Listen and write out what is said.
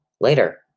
later